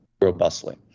robustly